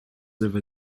over